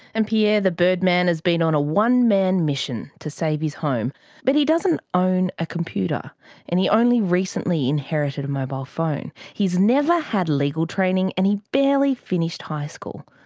and pierre the birdman has been on a one-man mission to save his home but he doesn't own a computer and he only recently inherited a mobile phone. he's never had legal training, and he barely finished high school.